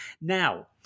Now